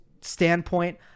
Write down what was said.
standpoint